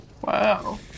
Wow